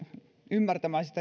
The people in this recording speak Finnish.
ymmärtämään